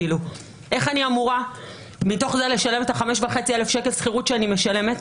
איך אני אמורה מתוך זה לשלם את ה-5,500 שקלים שכירות שאני משלמת?